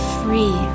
free